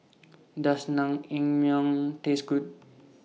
Does Naengmyeon Taste Good